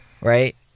right